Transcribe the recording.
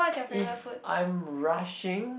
if I'm rushing